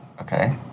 okay